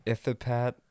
Ithapat